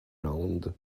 round